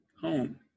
home